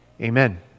Amen